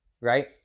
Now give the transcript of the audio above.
right